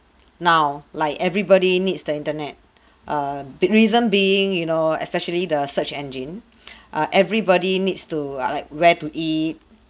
now like everybody needs the internet a bit reason being you know especially the search engine uh everybody needs to uh like where to eat